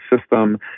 system